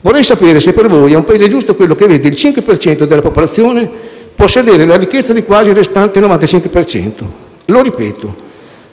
Vorrei sapere se per voi è un Paese giusto quello che vede il 5 per cento della popolazione possedere la ricchezza di quasi il restante 95 per cento. Lo ripeto: